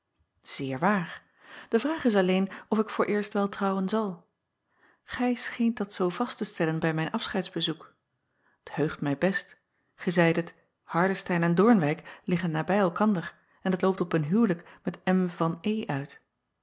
eer waar e vraag is alleen of ik vooreerst wel trouwen zal ij scheent dat zoo vast te stellen bij mijn afscheidsbezoek t eugt mij best gij zeidet ardestein en oornwijck liggen nabij elkander en t loopt op een huwelijk met v uit